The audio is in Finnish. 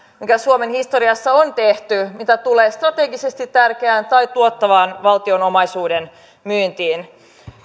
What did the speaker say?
mitä suomen historiassa on tehty mitä tulee strategisesti tärkeään tai tuottavaan valtion omaisuuden myyntiin